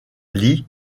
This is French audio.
lit